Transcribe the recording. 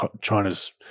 China's